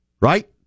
right